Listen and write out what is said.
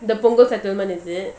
the punggol settlement is it